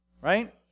right